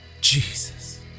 Jesus